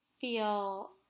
feel